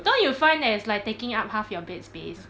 don't you find that it's like taking up half your bed space